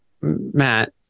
Matt